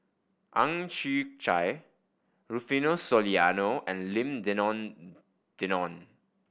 Ang Chwee Chai Rufino Soliano and Lim Denan Denon